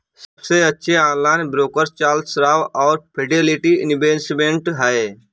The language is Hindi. सबसे अच्छे ऑनलाइन ब्रोकर चार्ल्स श्वाब और फिडेलिटी इन्वेस्टमेंट हैं